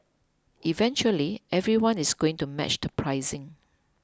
eventually everyone is going to match the pricing